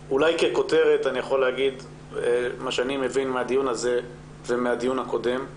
ככותרת אני יכול להגיד שמה שאני מבין מהדיון הזה ומהדיון הקודם הוא